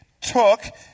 took